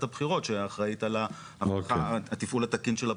הבחירות שאחראית על התפעול התקין של הבחירות.